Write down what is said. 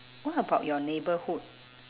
what about your neighbourhood